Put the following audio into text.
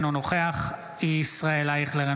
אינו נוכח ישראל אייכלר,